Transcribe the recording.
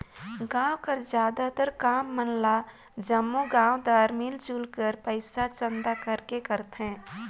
गाँव कर जादातर काम मन ल जम्मो गाँवदार मिलजुल कर पइसा चंदा करके करथे